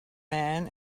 men